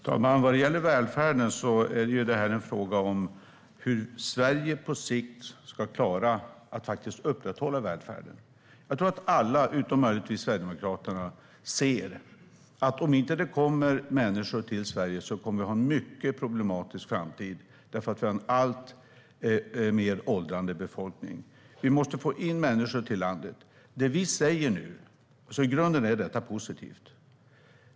Herr talman! Vad gäller välfärden är det en fråga om hur Sverige på sikt ska klara att faktiskt upprätthålla välfärden. Jag tror att alla utom möjligtvis Sverigedemokraterna ser att om det inte kommer människor till Sverige kommer vi att få en mycket problematisk framtid eftersom vi har en alltmer åldrande befolkning. Vi måste få in människor till landet. Det vi säger nu är att i grunden är detta positivt.